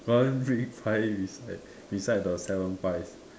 one big pie beside beside the seven pies